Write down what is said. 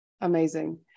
amazing